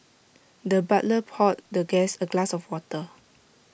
the butler poured the guest A glass of water